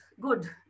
good